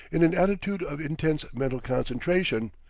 in an attitude of intense mental concentration,